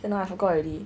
cannot I forgot already